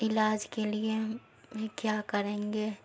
علاج کے لیے یہ کیا کریں گے